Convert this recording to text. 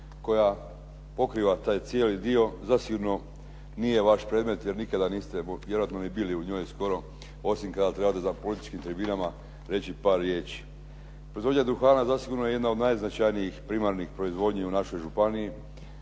koja pokriva taj cijeli dio, zasigurno nije vaš predmet, jer nikada niste vjerojatno ni bili u njoj skoro osim kada trebate za političkim tribinama reći par riječi. Proizvodnja duhana zasigurno je jedna od najznačajnijih primarnih proizvodnji u našoj županiji